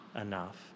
enough